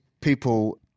people